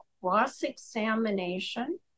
cross-examination